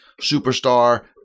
superstar